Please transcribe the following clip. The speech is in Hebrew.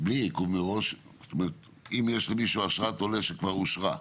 בלי עיכוב אם יש למישהו אשרת עולה שכבר אושרה.